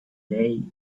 day